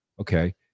okay